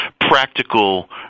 practical